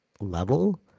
level